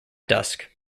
dusk